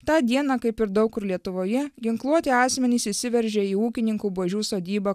tą dieną kaip ir daug kur lietuvoje ginkluoti asmenys įsiveržė į ūkininkų buožių sodybą